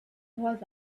was